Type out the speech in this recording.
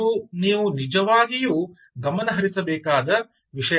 ಅದು ನೀವು ನಿಜವಾಗಿಯೂ ಗಮನಹರಿಸಬೇಕಾದ ವಿಷಯ